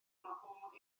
gwahodd